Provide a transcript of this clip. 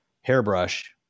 hairbrush